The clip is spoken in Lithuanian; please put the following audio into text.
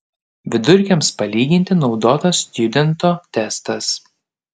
vidurkiams palyginti naudotas stjudento testas